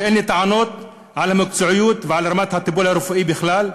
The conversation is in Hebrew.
אין לי טענות על המקצועיות ועל רמת הטיפול הרפואי בכלל,